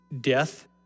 death